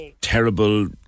terrible